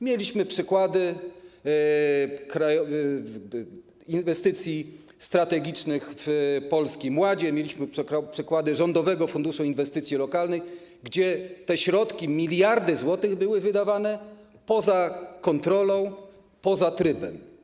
Mieliśmy przykłady inwestycji strategicznych w Polskim Ładzie, mieliśmy przykłady Rządowego Funduszu Inwestycji Lokalnych, gdzie te środki, miliardy złotych, były wydawane poza kontrolą, poza trybem.